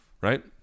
Right